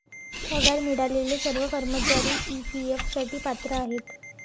पगार मिळालेले सर्व कर्मचारी ई.पी.एफ साठी पात्र आहेत